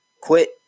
quit